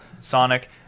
Sonic